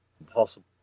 impossible